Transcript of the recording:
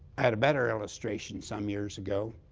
i had a better illustration some years ago.